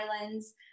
Islands